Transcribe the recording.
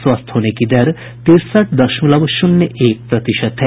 स्वस्थ होने की दर तिरसठ दशमलव शून्य एक प्रतिशत है